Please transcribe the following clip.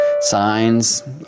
signs